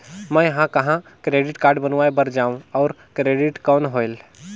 मैं ह कहाँ क्रेडिट कारड बनवाय बार जाओ? और क्रेडिट कौन होएल??